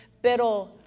Pero